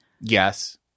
yes